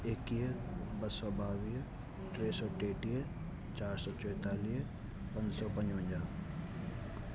एक्वीह ॿ सौ ॿावीह टे सौ टेटीह चार सौ चौतालीह पंज सौ पंजवंजाहु